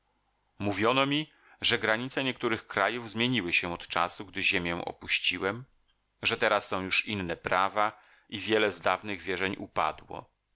mówiono mi że granice niektórych krajów zmieniły się od czasu gdy ziemię opuściłem że teraz są już inne prawa i wiele z dawnych wierzeń upadło